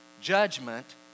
Judgment